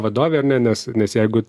vadovė ar ne nes nes jeigu